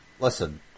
Listen